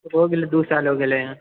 हो गेलय दू साल हो गेलय हँ